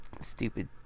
stupid